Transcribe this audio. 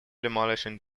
demolition